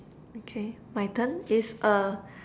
okay my turn is a